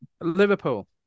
Liverpool